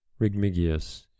Rigmigius